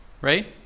right